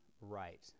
right